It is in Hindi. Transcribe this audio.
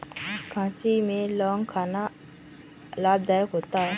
खांसी में लौंग खाना लाभदायक होता है